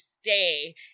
stay